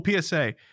PSA